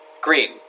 Green